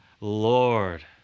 Lord